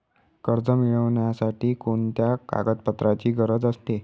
कर्ज मिळविण्यासाठी कोणत्या कागदपत्रांची गरज असते?